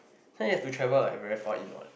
so you have to travel very far in what